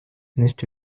finished